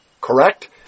Correct